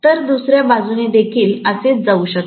तर दुसर्या बाजूने देखील असेच जाऊ शकते